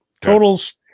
totals